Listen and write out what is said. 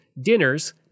dinners